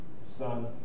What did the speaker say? Son